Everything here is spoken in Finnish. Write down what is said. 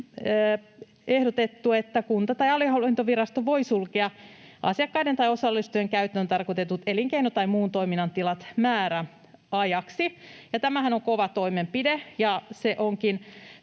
on ehdotettu, että kunta tai aluehallintovirasto voi sulkea asiakkaiden tai osallistujien käyttöön tarkoitetut elinkeino- tai muun toiminnan tilat määräajaksi, ja tämähän on kova toimenpide.